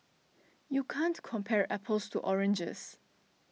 you can't compare apples to oranges